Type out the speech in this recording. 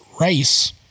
race